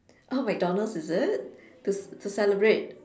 oh McDonalds is it to to celebrate